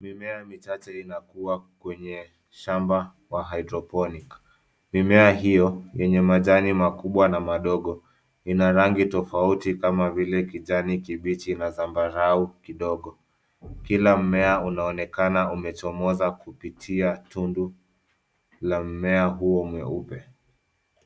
Mimea michache inakua kwenye shamba wa hydroponic . Mimea hiyo yenye majani makubwa na madogo ina rangi tofauti kama vile kijani kibichi na zambarau kidogo. Kila mmea unaonekana umechomoza kupitia tundu la mmea huo mweupe.